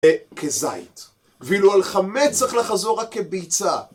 כזית, ואילו על חמץ צריך לחזור רק כביצה.